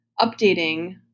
updating